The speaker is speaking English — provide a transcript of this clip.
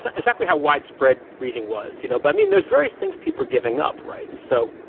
so exactly how widespread reading was, you know, but i mean there's various things people are giving up, right? and so,